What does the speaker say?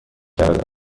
کرده